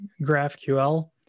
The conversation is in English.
GraphQL